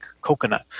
coconut